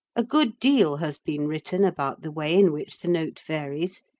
a good deal has been written about the way in which the note varies,